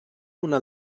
una